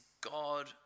God